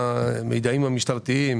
במידעים המשטרתיים